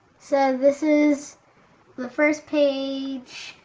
so this is the first page,